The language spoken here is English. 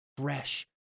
fresh